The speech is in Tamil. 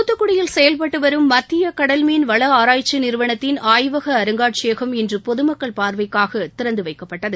தூத்துக்குடியில் செயல்பட்டு வரும் மத்திய கடல்மீன் வள ஆராய்ச்சி நிறுவனத்தின் ஆய்வக அருங்காட்சியகம் இன்று பொதுமக்கள் பார்வைக்காக திறந்துவைக்கப்பட்டது